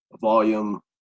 volume